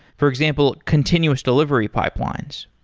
for example, continuous delivery pipelines.